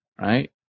right